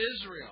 Israel